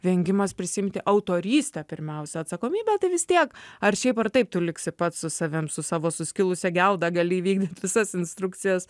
vengimas prisiimti autorystę pirmiausia atsakomybę tai vis tiek ar šiaip ar taip tu liksi pats su savim su savo suskilusia gelda gali įvykdyt visas instrukcijas